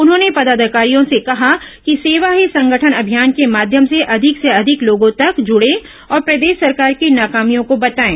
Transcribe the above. उन्होंने पदाधिकारियों से कहा कि सेवा ही संगठन अभियान के माध्यम से अधिक से अधिक लोगों तक जुडे और प्रदेश सरकार की नाकामियों को बताएं